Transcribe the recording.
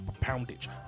poundage